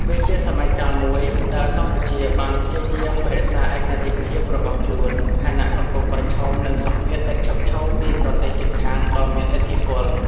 វាជាសម័យកាលមួយដែលកម្ពុជាបានព្យាយាមរក្សាឯករាជ្យភាពរបស់ខ្លួន ខណៈកំពុងប្រឈមនឹងសម្ពាធឥតឈប់ឈរពីប្រទេសជិតខាងដ៏មានឥទ្ធិពល។